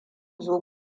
zo